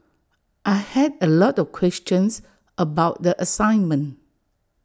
I had A lot of questions about the assignment